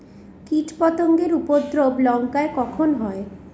কীটপতেঙ্গর উপদ্রব লঙ্কায় কখন হয়?